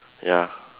ya